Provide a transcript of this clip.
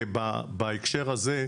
ובהקשר הזה,